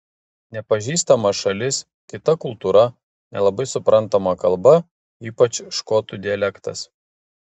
nepažįstama šalis kita kultūra nelabai suprantama kalba ypač škotų dialektas